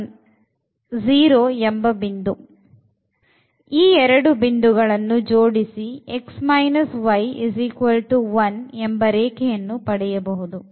2 ಎರಡು ಬಿಂದು ಗಳನ್ನು ಜೋಡಿಸಿ x y1 ರೇಖೆಯನ್ನು ಪಡೆಯಬಹುದು